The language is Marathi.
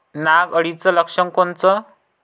नाग अळीचं लक्षण कोनचं?